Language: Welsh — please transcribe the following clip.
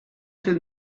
sydd